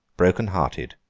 broken-hearted,